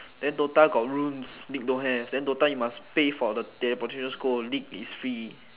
then DOTA got rooms league don't have then DOTA you must pay for the league is free